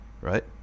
right